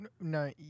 no